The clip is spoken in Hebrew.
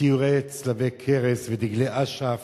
ציורי צלבי קרס ודגלי אש"ף.